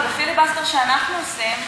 כי פיליבסטר שאנחנו עושים,